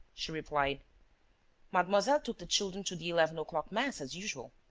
she replied mademoiselle took the children to the eleven o'clock mass, as usual.